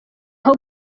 aho